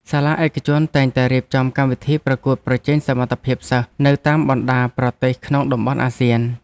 សាលាឯកជនតែងតែរៀបចំកម្មវិធីប្រកួតប្រជែងសមត្ថភាពសិស្សនៅតាមបណ្តាប្រទេសក្នុងតំបន់អាស៊ាន។